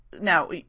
Now